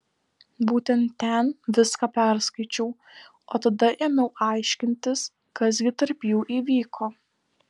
būtent ten viską perskaičiau o tada ėmiau aiškintis kas gi tarp jų įvyko